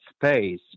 space